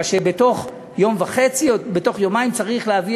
כי בתוך יום וחצי או יומיים צריך להביא